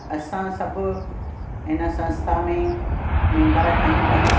त असां सभु हिन संस्था में मेंम्बर ठाहींदा आहियूं